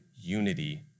unity